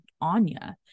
Anya